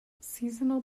seasonal